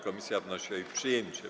Komisja wnosi o jej przyjęcie.